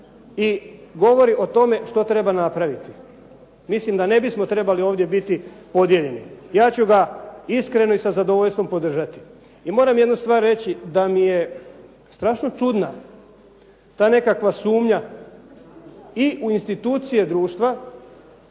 i govori o tome što treba napraviti. Mislim da ne bismo trebali ovdje biti podijeljeni. Ja ću ga iskreno i sa zadovoljstvom podržati. I moram jednu stvar reći, da mi je strašno čudna ta nekakva sumnja i u institucije društva,